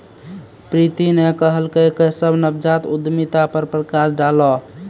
प्रीति न कहलकै केशव नवजात उद्यमिता पर प्रकाश डालौ